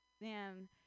Man